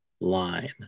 line